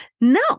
No